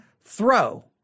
throw